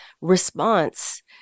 response